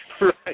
Right